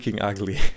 ugly